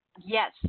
Yes